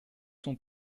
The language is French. son